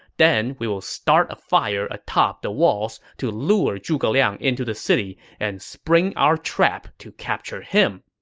then we will start a fire atop the walls to lure zhuge liang into the city and spring our trap to capture him.